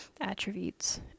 attributes